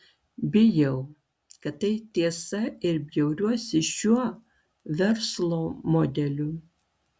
bijau kad tai tiesa ir bjauriuosi šiuo verslo modeliu